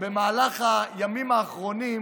במהלך הימים האחרונים